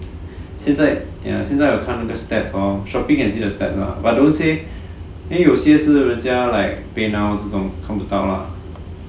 现在现在我看那个 stats hor Shopee can see the stats mah but don't say then 有些是人家 like paynow 这种看不到 lah